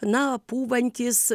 na pūvantys